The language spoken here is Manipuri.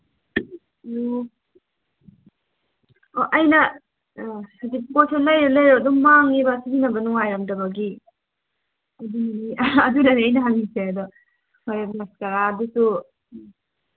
ꯑꯣ ꯑꯣ ꯑꯩꯅ ꯄꯣꯠꯁꯤ ꯂꯩꯔ ꯂꯩꯔ ꯑꯗꯨꯝ ꯃꯥꯡꯉꯦꯕ ꯁꯤꯖꯤꯟꯅꯕ ꯅꯨꯡꯥꯏꯔꯝꯗꯕꯒꯤ ꯑꯗꯨꯒꯤ ꯑꯗꯨꯅꯅꯤ ꯑꯩꯅ ꯍꯪꯉꯤꯁꯤ ꯑꯗꯣ ꯍꯣꯔꯦꯟ ꯃꯁꯀꯔꯥꯗꯨꯁꯨ